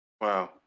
wow